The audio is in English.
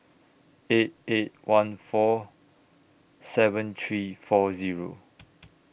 eight eight one four seven three four Zero